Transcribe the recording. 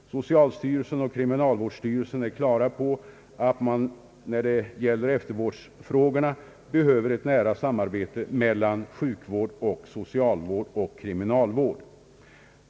Socialstyrelsen och kriminalvårdsstyrelsen är på det klara med att eftervårdsfrågorna kräver ett nära samarbete mellan sjukvård, socialvård och kriminalvård.